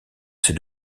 ces